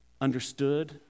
understood